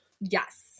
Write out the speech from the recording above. Yes